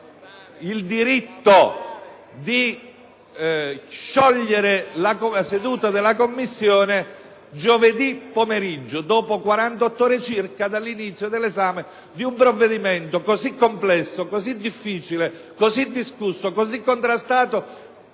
il diritto di sciogliere la seduta della Commissione giovedì pomeriggio, dopo 48 ore circa dall'inizio dell'esame di un provvedimento così complesso, difficile, discusso e contrastato,